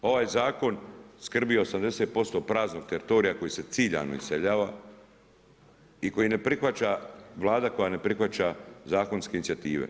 Ovaj zakon skrbi o 80% praznog teritorija koji se ciljano iseljava i koji ne prihvaća Vlada koja ne prihvaća zakonske inicijative.